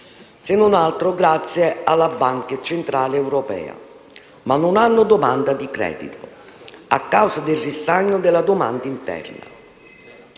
se non altro grazie alla Banca centrale europea, ma non hanno domanda di credito a causa del ristagno della domanda interna.